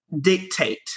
dictate